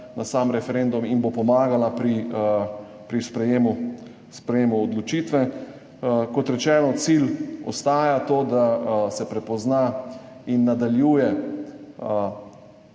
na sam referendum in bo pomagala pri sprejetju odločitve. Kot rečeno, cilj ostaja to, da se prepozna in nadaljuje